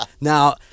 Now